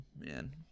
Man